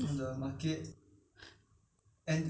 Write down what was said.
的时候如果你有看到就买回来 lor